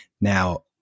Now